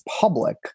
public